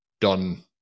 done